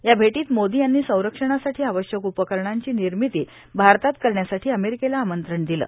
या भेटीत मोदी यांनी संरक्षणासाठी आवश्यक उपकरणांची निर्मिती भारतात करण्यासाठी अमेरीकेला आमंत्रण दिलं